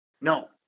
No